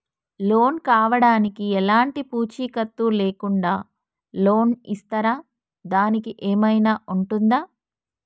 Loan కావడానికి ఎలాంటి పూచీకత్తు లేకుండా లోన్ ఇస్తారా దానికి ఏమైనా ఉంటుందా?